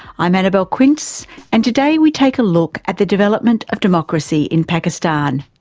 i'm annabelle quince and today we take a look at the development of democracy in pakistan,